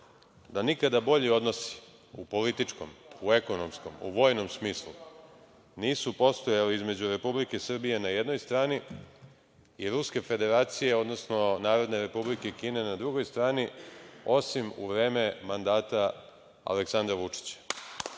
da nikada bolji odnosi u političkom, ekonomskom, vojnom smislu, nisu postojali između Republike Srbije, na jednoj strani, i Ruske Federacije, odnosno Narodne Republike Kine, na drugoj strani, osim u vreme mandata Aleksandra Vučića. Trpeli